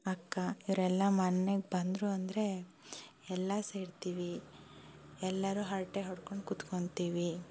ಅಕ್ಕ ಇವರೆಲ್ಲ ಮನೆಗೆ ಬಂದರು ಅಂದರೆ ಎಲ್ಲ ಸೇರ್ತೀವಿ ಎಲ್ಲರೂ ಹರಟೆ ಹೊಡ್ಕೊಂಡು ಕೂತ್ಕೊತೀವಿ